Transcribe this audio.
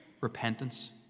repentance